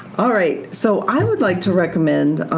alright, so i would like to recommend